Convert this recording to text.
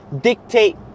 dictate